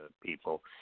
people